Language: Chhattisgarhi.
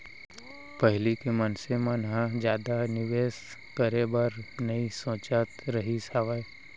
पहिली के मनसे मन ह जादा निवेस करे बर नइ सोचत रहिस हावय